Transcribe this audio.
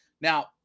Now